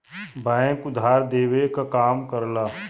bank उधार देवे क काम करला